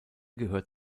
gehört